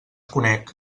conec